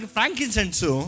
Frankincense